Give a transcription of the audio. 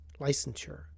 licensure